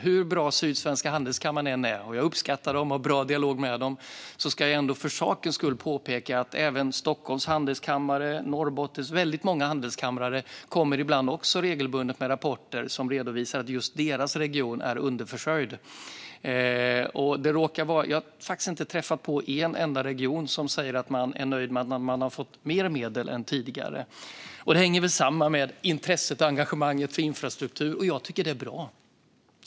Hur bra Sydsvenska Handelskammaren än är - och jag uppskattar dem och har en bra dialog med dem - ska jag för sakens skull påpeka att även Stockholms Handelskammare och väldigt många andra handelskamrar regelbundet kommer med rapporter som redovisar att just deras region är underförsörjd. Jag har faktiskt inte träffat en enda region som säger sig vara nöjd med att ha fått mer medel än tidigare. Detta hänger väl samman med intresset och engagemanget för infrastruktur, och jag tycker att det är bra.